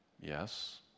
Yes